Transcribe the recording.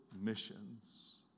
missions